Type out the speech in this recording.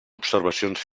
observacions